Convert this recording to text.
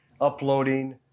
uploading